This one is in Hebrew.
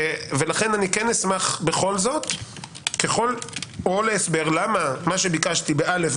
לכן אשמח בכל זאת או להסבר למה שביקשתי בארבעת